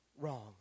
wrong